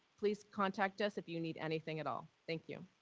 please contact us if you need anything at all thank you.